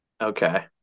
Okay